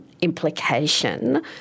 implication